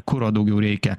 kuro daugiau reikia